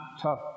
tough